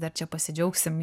dar čia pasidžiaugsim